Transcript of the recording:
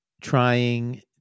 trying